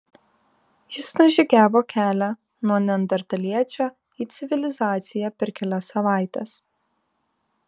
jis nužygiavo kelią nuo neandertaliečio į civilizaciją per kelias savaites